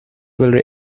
will